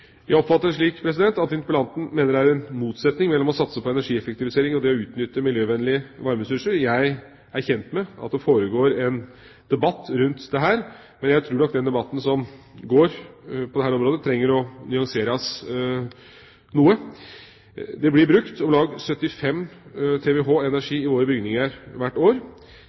Jeg oppfatter det slik at interpellanten mener det er en motsetning mellom å satse på energieffektivisering og det å utnytte miljøvennlige varmeressurser. Jeg er kjent med at det foregår en debatt rundt dette, men jeg tror nok den debatten som går på dette området, trenger å nyanseres noe. Det blir brukt om lag 75 TWh energi i våre bygninger hvert år.